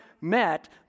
met